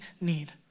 need